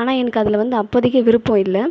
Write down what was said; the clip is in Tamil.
ஆனால் எனக்கு அதில் வந்து அப்போதைக்கி விருப்பம் இல்லை